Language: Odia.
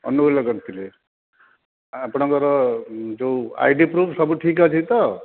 ଅନୁଗୁଳରେ କରିଥିଲେ ଆପଣଙ୍କର ଯେଉଁ ଆଇ ଡି ପୃଫ୍ ସବୁ ଠିକ୍ ଅଛି ତ